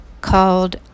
called